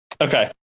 Okay